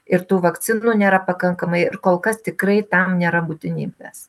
ir tų vakcinų nėra pakankamai ir kol kas tikrai tam nėra būtinybės